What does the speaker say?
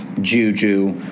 Juju